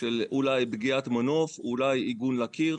אולי של פגיעת מנוף ואולי של עיגון לקיר,